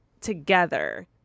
together